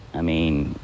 i mean,